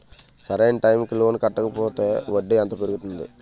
సరి అయినా టైం కి లోన్ కట్టకపోతే వడ్డీ ఎంత పెరుగుతుంది?